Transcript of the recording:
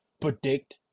predict